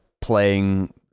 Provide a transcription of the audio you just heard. playing